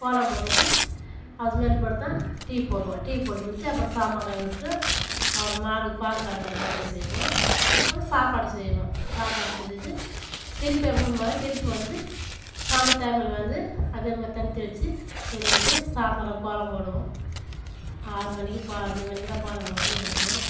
கோலம் போட்டுவிட்டு அது மேல் பாடுதான் டீ போடுவோம் டீ போட்டு குடித்து அப்புறம் சாமான் கழுவுறது அப்புறம் மாடு பால் கறக்கிற வேலைய செய்வோம் அப்புறம் சாப்பாடு செய்வோம் சாப்பாடு செஞ்சுட்டு திருப்பி அப்புற மேலே திருப்பி வந்து சாயந்தர டைமில் வந்து அதேமாதிரி தண்ணி தெளித்து பெருக்கிவிட்டு சாயந்தரம் கோலம் போடுவோம் ஆறு மணிக்கு கோ அஞ்சு மணிக்கெலாம் கோலம் போட்டு விடுவோம்